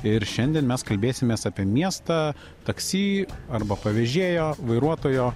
ir šiandien mes kalbėsimės apie miestą taksi arba pavėžėjo vairuotojo